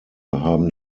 haben